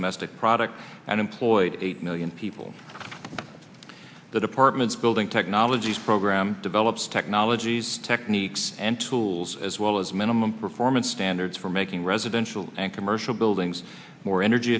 and employ eight million people that apartment building technologies program develops technologies techniques and tools as well as minimum performance standards for making residential and commercial buildings more energy